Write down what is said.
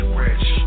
rich